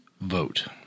vote